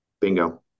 Bingo